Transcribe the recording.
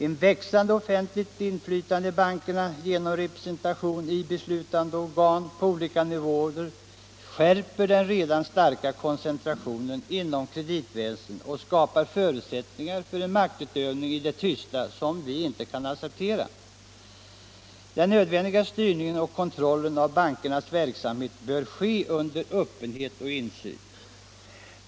Ett växande offentligt inflytande i bankerna genom representation i beslutande organ på olika nivåer skärper den redan starka koncentrationen inom kreditväsendet och skapar förutsättningar för en maktutövning i det tysta som vi inte kan acceptera. Den nödvändiga styrningen och kontrollen av bankernas verksamhet bör ske under öppenhet och insyn.